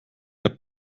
app